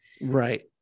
Right